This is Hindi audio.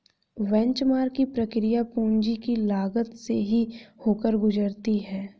बेंचमार्क की प्रक्रिया पूंजी की लागत से ही होकर गुजरती है